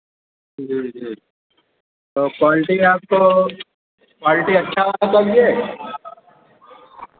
जी जी और क्वालिटी का आपको क्वालिटी अच्छा होना चाहिए